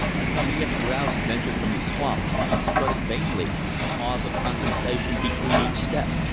a covey of grouse ventured from the swamp and strutted vainly, a pause of contemplation between each step.